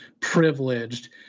privileged